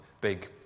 Big